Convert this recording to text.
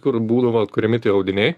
kur būdavo atkuriami tie audiniai